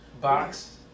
Box